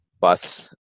bus